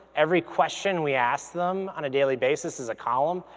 every question we ask them on a daily basis is a column,